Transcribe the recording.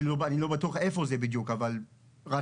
לא הייתי בטוח אפילו איפה זה בדיוק אבל רצתי.